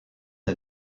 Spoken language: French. est